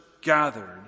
gathered